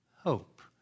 hope